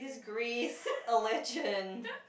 Greece a legend